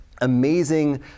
amazing